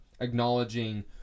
acknowledging